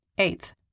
Eighth